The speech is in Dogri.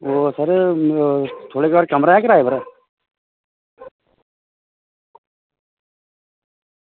ओह् सर थुआढ़े घर कमरा ऐ किराये उप्पर